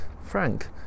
Frank